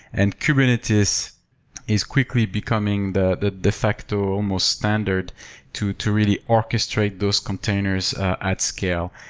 and kubernetes is is quickly becoming the the de facto, almost standard to to really orchestrate those containers at scale.